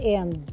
end